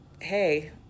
hey